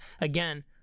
again